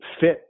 fit